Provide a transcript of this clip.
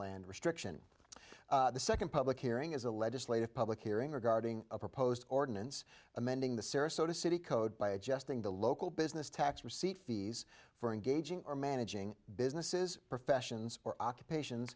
land restriction the second public hearing is a legislative public hearing regarding a proposed ordinance amending the sarasota city code by adjusting the local business tax receipt fees for engaging or managing businesses professions or occupation